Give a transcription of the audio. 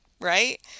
right